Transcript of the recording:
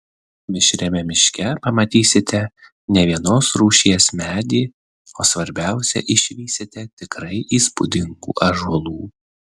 mišriame miške pamatysite ne vienos rūšies medį o svarbiausia išvysite tikrai įspūdingų ąžuolų